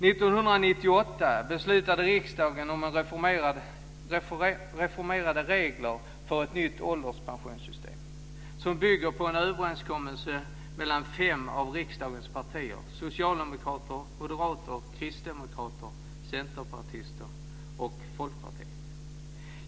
1998 beslutade riksdagen om reformerade regler för ett nytt ålderspensionssystem som bygger på en överenskommelse mellan fem av riksdagens partier - socialdemokrater, moderater, kristdemokrater, centerpartister och folkpartister.